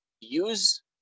use